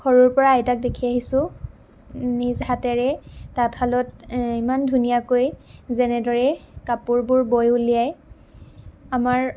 সৰুৰ পৰাই আইতাক দেখি আহিছোঁ নিজ হাতেৰে তাঁত শালত ইমান ধুনীয়াকৈ যেনেদৰে কাপোৰবোৰ বৈ উলিয়াই আমাৰ